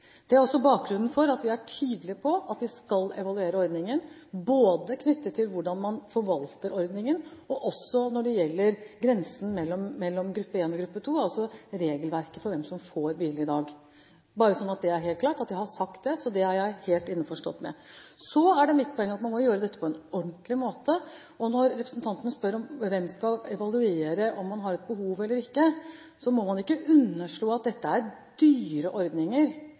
Det er også bakgrunnen for at vi er tydelige på at vi skal evaluere ordningen, både hvordan man forvalter den, og grensen mellom gruppe 1 og gruppe 2, altså regelverket for hvem som får biler i dag. Bare sånn at det er helt klart at jeg har sagt det: Dette er jeg helt innforstått med. Så er det mitt poeng at man må gjøre dette på en ordentlig måte. Og når representanten spør om hvem som skal vurdere om man har et behov eller ikke, må man ikke underslå at dette er dyre ordninger.